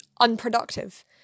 unproductive